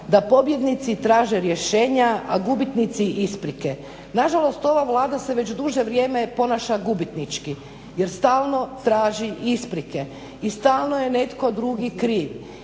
da pobjednici traže rješenja, a gubitnici isprike. Nažalost, ova Vlada se već duže vrijeme ponaša gubitnički jer stalno traži isprike i stalno je netko drugi kriv.